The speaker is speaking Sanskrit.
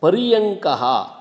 पर्यङ्कः